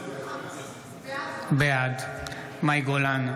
בעד מאי גולן,